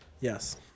Yes